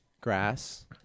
Grass